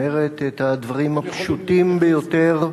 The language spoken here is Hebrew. אומרת את הדברים הפשוטים ביותר,